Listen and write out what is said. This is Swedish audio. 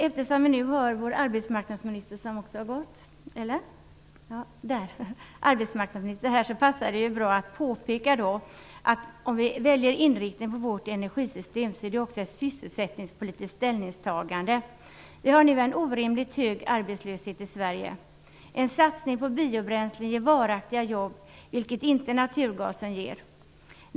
Eftersom vi nu har vår arbetsmarknadsminister här passar det ju bra att påpeka att om vi väljer inriktningen på vårt energisystem är det också ett sysselsättningspolitiskt ställningstagande. Vi har nu en orimligt hög arbetslöshet i Sverige. En satsning på biobränslen ger varaktiga jobb, vilket inte naturgasen ger.